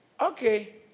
Okay